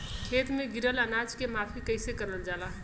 खेत में गिरल अनाज के माफ़ी कईसे करल जाला?